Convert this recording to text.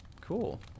Cool